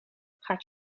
gaat